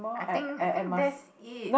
I think I think that's it